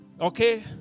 Okay